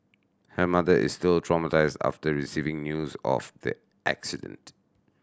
her mother is still traumatised after receiving news of the accident